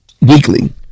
weekly